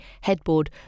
headboard